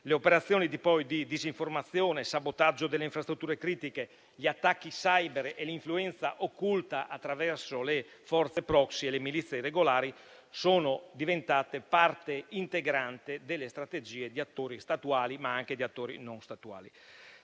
Le operazioni di disinformazione e sabotaggio delle infrastrutture critiche, gli attacchi *cyber* e l'influenza occulta attraverso le forze *proxy* e le milizie irregolari sono diventate parte integrante delle strategie di attori statuali, ma anche non statuali.